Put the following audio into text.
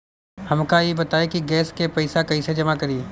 हमका ई बताई कि गैस के पइसा कईसे जमा करी?